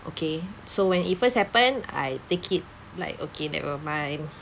okay so when it first happened I take it like okay never mind